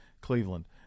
Cleveland